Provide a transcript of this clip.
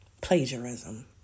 Plagiarism